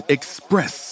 Express